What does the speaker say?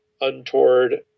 untoward